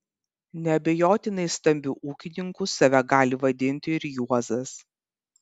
neabejotinai stambiu ūkininku save gali vadinti ir juozas